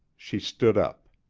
she stood up.